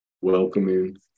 welcoming